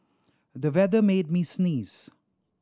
the weather made me sneeze